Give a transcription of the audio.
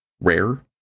rare